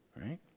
right